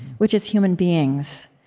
which is human beings